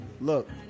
Look